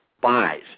buys